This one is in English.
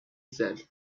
said